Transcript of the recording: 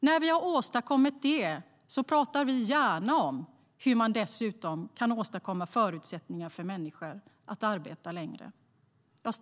När vi har åstadkommit det pratar vi gärna om hur vi dessutom kan åstadkomma förutsättningar för människor att arbeta längre.